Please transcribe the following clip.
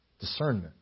discernment